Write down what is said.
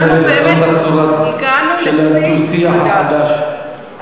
כנראה זו הצורה של הדו-שיח החדש,